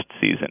season